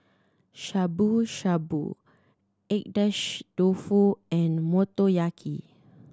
Shabu Shabu Agedashi Dofu and Motoyaki